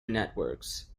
networks